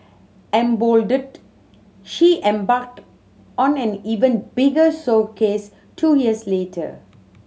emboldened she embarked on an even bigger showcase two years later